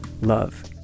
love